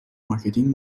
مارکتینگ